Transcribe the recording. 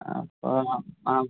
അപ്പം അം ആ